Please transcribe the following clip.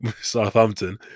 Southampton